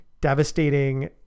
devastating